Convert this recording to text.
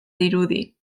dirudi